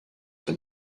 for